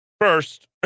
first